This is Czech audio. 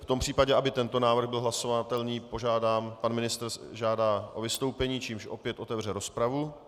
V tom případě, aby tento návrh byl hlasovatelný, pan ministr žádá o vystoupení, čímž opět otevře rozpravu.